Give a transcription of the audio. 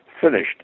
finished